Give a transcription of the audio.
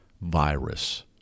virus